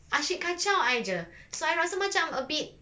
asyik kacau I jer so I rasa macam a bit